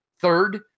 third